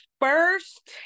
First